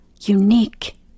unique